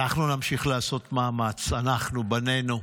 אנחנו נמשיך לעשות מאמץ, אנחנו, בנינו,